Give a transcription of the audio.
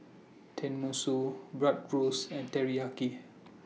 Tenmusu Bratwurst and Teriyaki